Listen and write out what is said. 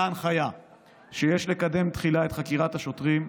הנחיה שיש לקדם תחילה את חקירת השוטרים,